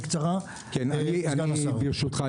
סגן שר החקלאות ופיתוח הכפר משה אבוטבול: ברשותך,